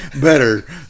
better